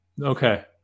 Okay